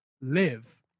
live